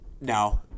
No